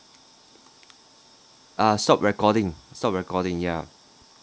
uh stop recording stop recording yeah